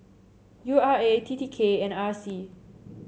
U R A T T K and R C